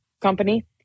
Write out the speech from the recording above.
company